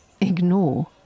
ignore